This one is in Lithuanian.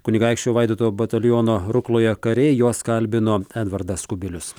kunigaikščio vaidoto bataliono rukloje kariai juos kalbino edvardas kubilius